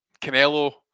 Canelo